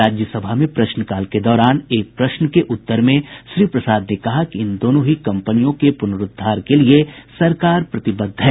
राज्यसभा में प्रश्नकाल के दौरान एक प्रश्न के जवाब में श्री प्रसाद ने कहा कि इन दोनों ही कंपनियों के पुनरूद्वार के लिये सरकार प्रतिबद्ध है